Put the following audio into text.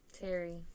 Terry